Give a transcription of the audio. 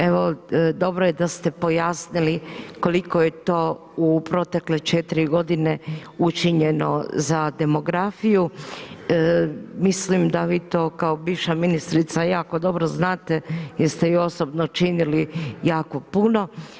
Evo dobro je da ste pojasnili koliko je to u protekle četiri godine učinjeno za demografiju, mislim da vi to kao bivša ministrica jako dobro znate jer ste i osobno činili jako puno.